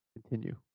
Continue